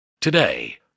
Today